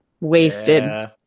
wasted